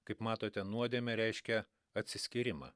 kaip matote nuodėmė reiškia atsiskyrimą